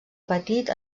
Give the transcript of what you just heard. petit